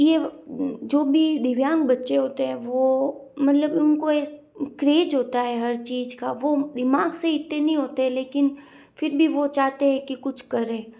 ये जो भी दिव्यांग बच्चे होते हैं वो मतलब उनको क्रेज होता है हर चीज का वो दिमाग से ही इतने नही होते है लेकिन फिर भी वो चाहते है कि कुछ करें